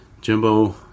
Jimbo